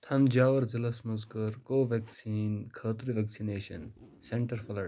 تھنٛجاور ضِلعس مَنٛز کٔر کوٚو ویٚکسیٖن خٲطرٕ ویٚکسِنیشن سیٚنٹر فٕلڈ